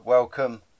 Welcome